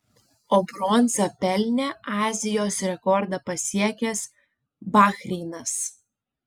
o bronzą pelnė azijos rekordą pasiekęs bahreinas